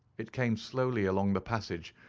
it came slowly along the passage,